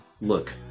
look